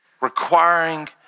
requiring